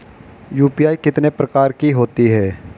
UPI कितने प्रकार की होती हैं?